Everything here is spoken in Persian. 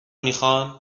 میخان